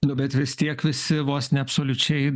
nu bet vis tiek visi vos ne absoliučiai